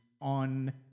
on